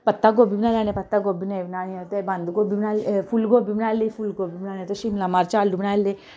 पत्ता गोभी बनाई लैने पत्ता गोभी नेईं बनानी होऐ ते बंदगोभी बनाई फुल्ल गोभी बनाई लेई फुल्ल गोभी बनानी ते शिमला मर्च आलू बनाई ले